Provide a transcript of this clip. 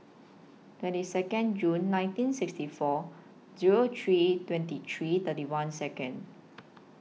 twenty Second June nineteen sixty four Zero three twenty three thirty one Second